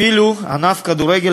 אפילו ענף הכדורגל,